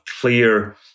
clear